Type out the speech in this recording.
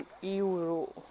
Euro